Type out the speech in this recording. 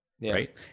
right